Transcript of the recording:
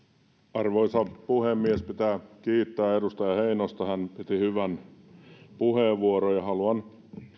arvoisa puhemies pitää kiittää edustaja heinosta hän piti hyvän puheenvuoron haluan